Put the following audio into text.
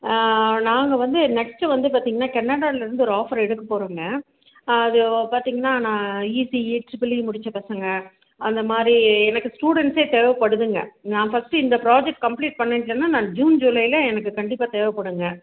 ஆ நாங்கள் வந்து நெக்ஸ்ட்டு வந்து பார்த்தீங்கனா கன்னடலேருந்து ஒரு ஆஃபர் எடுக்க போகறோங்க அது பார்த்தீங்கன்னா நான் இசிஇ ட்ரிபில்இ முடிச்ச பசங்க அந்த மாதிரி எனக்கு ஸ்டுடன்ஸ்சே தேவைப்படுதுங்க நான் ஃபர்ஸ்ட் இந்த ப்ராஜெக்ட் கம்ப்லிட் பண்ணி விட்டனா நான் ஜூன் ஜூலையில எனக்கு கண்டிப்பாக தேவைப்படுங்க